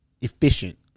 efficient